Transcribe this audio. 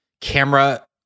Camera